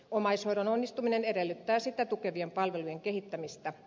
omaishoidon onnistuminen edellyttää sitä tukevien palvelujen kehittämistä